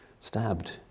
stabbed